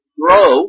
grow